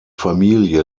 familie